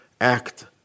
act